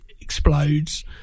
explodes